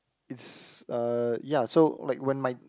it's uh ya so like when my